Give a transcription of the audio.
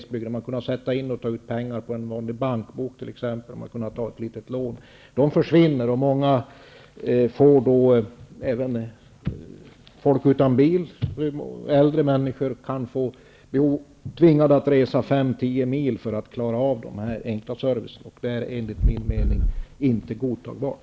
Man har t.ex. kunnat sätta in och ta ut pengar på en vanlig bankbok och ta ett litet lån. Många -- t.ex. folk utan bil och äldre människor -- kan bli tvungna att resa 5--10 mil för att få så enkel service. Det är enligt min mening inte godtagbart.